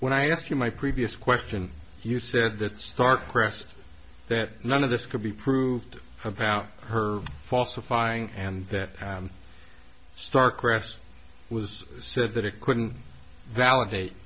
when i ask you my previous question you said that starcraft that none of this could be proved about her falsifying and that starcraft was said that it couldn't validate